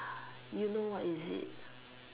you know what is it